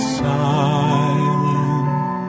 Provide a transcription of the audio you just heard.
silent